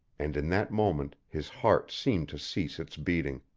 and in that moment his heart seemed to cease its beating.